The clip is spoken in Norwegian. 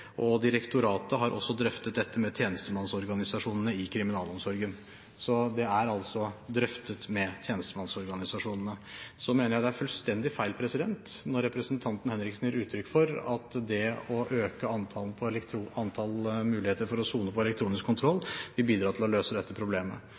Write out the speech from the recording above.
har også drøftet dette med tjenestemannsorganisasjonene i kriminalomsorgen.» Så det er altså drøftet med tjenestemannsorganisasjonene. Så mener jeg det er fullstendig feil når representanten Henriksen gir uttrykk for at det å øke antall muligheter for å sone med elektronisk kontroll